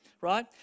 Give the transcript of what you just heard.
right